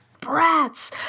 brats